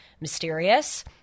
mysterious